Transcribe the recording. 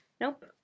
Nope